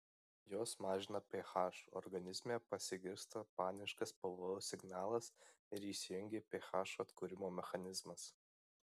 jos mažina ph organizme pasigirsta paniškas pavojaus signalas ir įsijungia ph atkūrimo mechanizmas